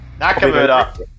Nakamura